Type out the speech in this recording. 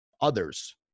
others